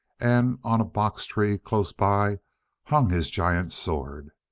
and on a box-tree close by hung his giant sword.